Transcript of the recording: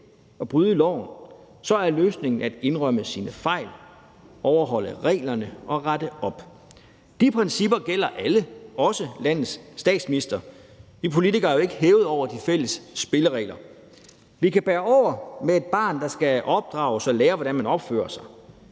og bryde loven. Så er løsningen at indrømme sine fejl, overholde reglerne og rette op. De principper gælder alle, også landets statsminister. Vi politikere er jo ikke hævet over de fælles spilleregler. Vi kan bære over med et barn, der skal opdrages og lære, hvordan man opfører sig.